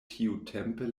tiutempe